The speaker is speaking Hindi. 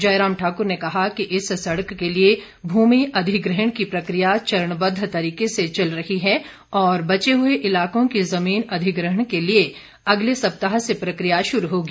जयराम ठाकुर ने कहा कि इस सड़क के लिए भूमि अधिग्रहण की प्रक्रिया चरणबद्ध तरीके से चल रही है और बचे हुए इलाकों की जमीन अधिग्रहण के लिए अगले सप्ताह से प्रक्रिया शुरू होगी